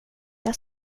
jag